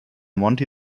monti